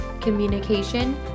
communication